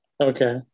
okay